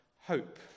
hope